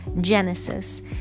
genesis